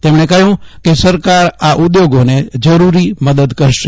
તેમણે કહ્યું કે સરકાર આ ઉદ્યોગોને જરૂરી મદદ કરશે